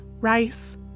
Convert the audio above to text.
rice